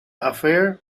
affair